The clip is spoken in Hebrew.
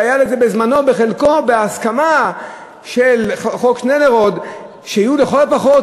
שהיה בזמנו בחלקו בהסכמה שיהיו פחות.